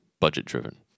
budget-driven